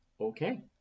okay